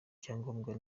icyangombwa